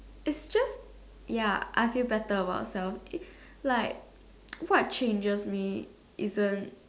it's just ya I feel better about self what changes me isn't